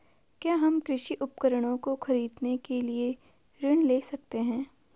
क्या हम कृषि उपकरणों को खरीदने के लिए ऋण ले सकते हैं?